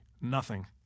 nothing